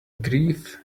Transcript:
grief